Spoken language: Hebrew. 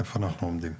איפה אנחנו עומדים?